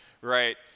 right